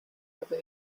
over